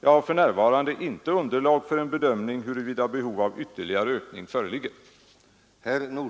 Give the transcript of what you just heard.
Jag har för närvarande inte underlag för en bedömning huruvida behov av en ytterligare ökning föreligger.